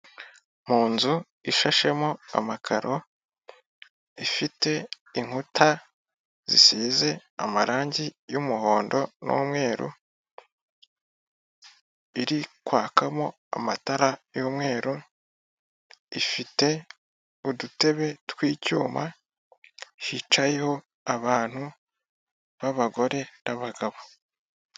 Mu nzu ishashemo amakaro ifite inkuta zisize amarangi y'umuhondo n'umweru, iri kwakamo amatara y'umweru. Ifite udutebe twi'icyuma hicayeho abantu b'abagore n'abagabo.